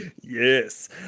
Yes